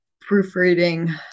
proofreading